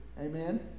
Amen